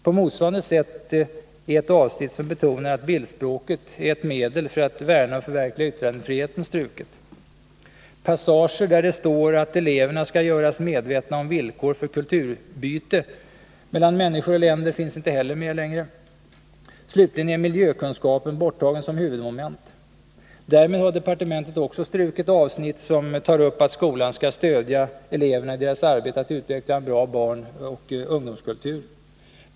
På motsvarande sätt är ett avsnitt som betonar att bildspråket är ett medel för att värna och förverkliga yttrandefriheten struket. Passager där det står att eleverna skall göras medvetna om villkor för kulturutbyte mellan människor och länder finns inte heller med längre. Slutligen är miljökunskapen borttagen som huvudmoment. Därmed har departementet också strukit avsnitt som tar upp att skolan skall stödja eleverna i deras arbete att utveckla en bra barnoch ungdomskultur.